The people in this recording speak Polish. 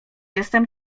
jestem